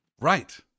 Right